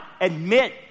admit